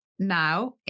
now